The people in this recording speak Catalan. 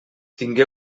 tingué